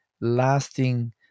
lasting